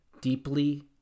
deeply